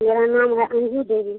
मेरा नाम है अंजू देवी